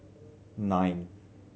nine